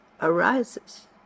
arises